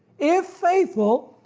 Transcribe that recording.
if faithful,